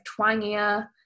twangier